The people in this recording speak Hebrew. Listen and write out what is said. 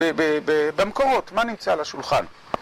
במקורות, מה נמצא על השולחן?